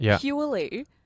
purely